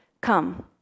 Come